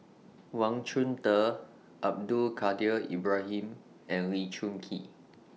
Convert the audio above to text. Wang Chunde Abdul Kadir Ibrahim and Lee Choon Kee